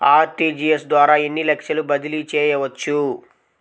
RTGS ద్వారా ఎన్ని లక్షలు బదిలీ చేయవచ్చు?